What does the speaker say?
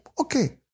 okay